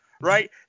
right